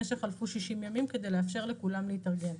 שחלפו 60 ימים כדי לאפשר לכולם להתארגן.